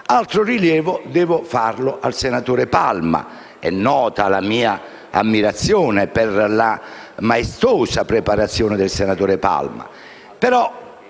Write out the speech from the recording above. Altro rilievo devo fare al senatore Palma. È nota la mia ammirazione per la maestosa preparazione del senatore Palma.